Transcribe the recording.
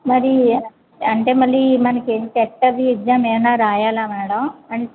మరీ అంటే మళ్ళీ మనకి సెట్ అవి ఎగ్జామ్స్ ఏమన్నా రాయాలా మ్యాడం